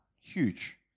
huge